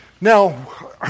Now